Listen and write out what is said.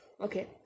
Okay